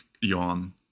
yawn